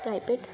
private